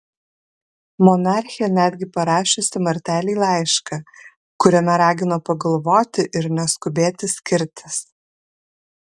monarchė netgi parašiusi martelei laišką kuriame ragino pagalvoti ir neskubėti skirtis